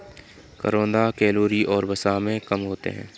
करौंदा कैलोरी और वसा में कम होते हैं